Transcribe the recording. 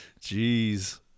Jeez